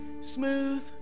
smooth